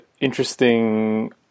interesting